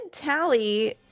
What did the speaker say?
tally